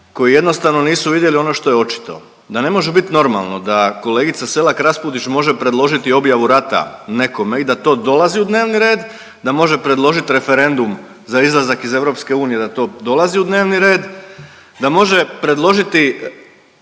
koji jednostavno nisu vidjeli ono što je očito, da ne može bit normalno da kolegica Selak Raspudić može predložiti objavu rata nekome i da to dolazi u dnevni red, da može predložit referendum za izlazak iz EU da to dolazi u dnevni red, da može predložiti